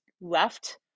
left